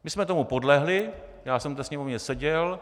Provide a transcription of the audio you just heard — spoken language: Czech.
My jsme tomu podlehli, já jsem ve Sněmovně seděl.